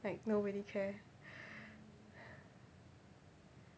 like nobody care